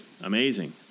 amazing